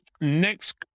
next